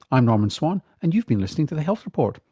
i'm norman swan, and you've been listening to the health report.